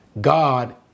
God